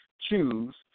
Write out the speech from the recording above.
Choose